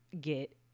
get